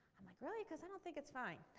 i'm like really because i don't think it's fine.